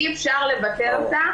אי אפשר לבטל אותה